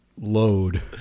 Load